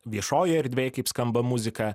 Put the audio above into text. viešojoj erdvėj kaip skamba muzika